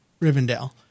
Rivendell